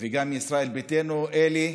וגם ישראל ביתנו, אלי,